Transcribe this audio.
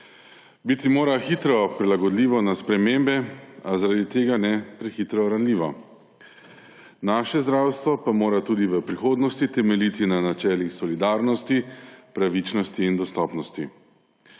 Biti mora hitro prilagodljivo na spremembe, zaradi tega ne prehitro ranljivo. Naše zdravstvo pa mora tudi v prihodnosti temeljiti na načelih solidarnosti, pravičnosti in dostopnosti.